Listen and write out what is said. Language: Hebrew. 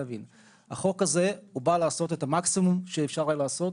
החוק הזה בא לעשות את המקסימום שאפשר היה לעשות,